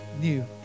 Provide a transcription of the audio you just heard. new